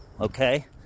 okay